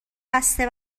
بسته